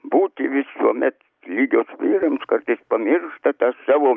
būti visuomet lygios vyrams kartais pamiršta tą savo